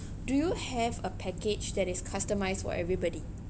do you have a package that is customised for everybody